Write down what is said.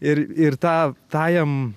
ir ir tą tą jam